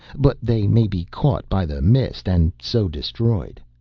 but they may be caught by the mist and so destroyed.